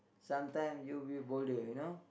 sometime you will boulder you know